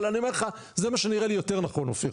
אבל אני אומר לך זה מה שנראה לי יותר נכון אופיר.